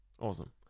awesome